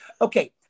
Okay